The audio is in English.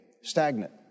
stagnant